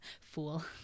Fool